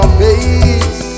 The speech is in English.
face